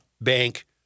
bank